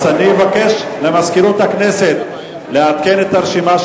אז אני אבקש ממזכירות הכנסת לעדכן את הרשימה,